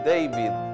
David